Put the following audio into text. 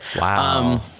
Wow